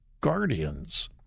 Guardians